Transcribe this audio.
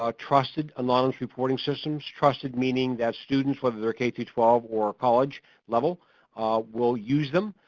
um trusted anonymous reporting systems. trusted meaning that students whether k twelve or college level will use them